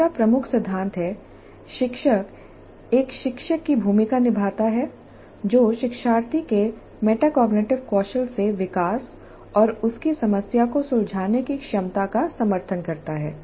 दूसरा प्रमुख सिद्धांत है शिक्षक एक शिक्षक की भूमिका निभाता है जो शिक्षार्थी के मेटाकॉग्निटिव कौशल से विकास और उसकी समस्या को सुलझाने की क्षमता का समर्थन करता है